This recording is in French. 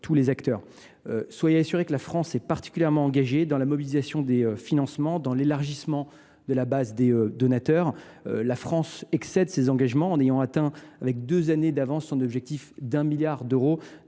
tous les acteurs. Soyez assuré que la France est particulièrement engagée dans la mobilisation des financements et l’élargissement de la base des donateurs. Notre pays excède ses engagements en ayant atteint, avec deux années d’avance, son objectif d’un milliard d’euros